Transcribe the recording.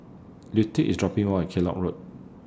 Lute IS dropping Me off At Kellock Road